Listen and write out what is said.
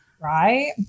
Right